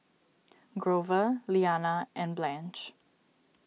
Grover Liana and Blanche